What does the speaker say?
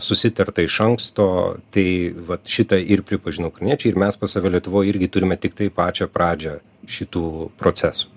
susitarta iš anksto tai vat šitą ir pripažino ukrainiečiai ir mes pas save lietuvoj irgi turime tiktai pačią pradžią šitų procesų